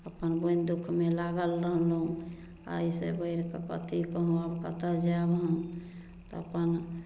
अपन बोनि दुःखमे लागल रहलहुॅं एहिसे बढ़ि शके कथी कहब कतौ जायब हम तऽ अपन